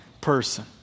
person